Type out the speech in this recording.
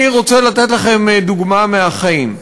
אני רוצה לתת לכם דוגמה מהחיים: